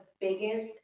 biggest